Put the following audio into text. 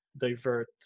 divert